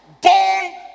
born